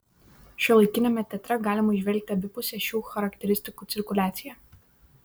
šiuolaikiniame teatre galima įžvelgti abipusę šių charakteristikų cirkuliaciją